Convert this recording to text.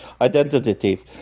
identity